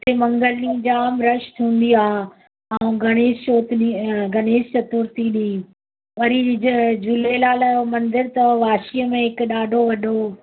हुते मंगल ॾींहं जाम रश थींदी आहे ऐं गणेश चौथ ॾींहं गणेश चतुर्थी ॾींहुं वरी झ झूलेलाल जो मंदरु अथव वाशीअ में हिकु ॾाढो वॾो